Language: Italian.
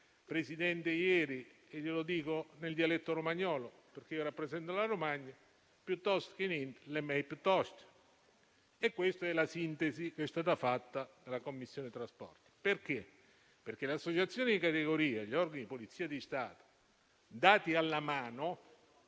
Presidente, ieri e glielo dico nel dialetto romagnolo, perché io rappresento l'Emilia-Romagna, «piotost che gnint, l'è mej piotost»; questa è la sintesi che è stata fatta dalla Commissione trasporti. Infatti l'associazione di categoria e gli organi della Polizia di Stato, dati alla mano